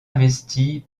investie